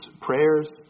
prayers